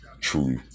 true